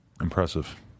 Impressive